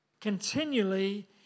continually